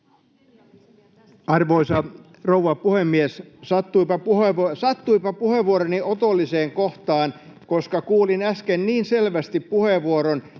Arvoisa rouva puhemies! Sattuipa puheenvuoroni otolliseen kohtaan, koska kuulin äsken niin selvästi puheenvuoron,